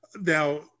now